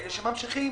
אלה שממשיכים,